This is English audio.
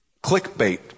clickbait